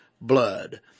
blood